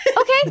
Okay